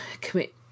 commit